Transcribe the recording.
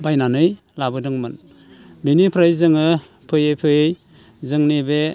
बायनानै लाबोदोंमोन बिनिफ्राय जोङो फैयै फैयै जोंनि बे